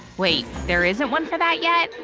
wait. there isn't one for that yet?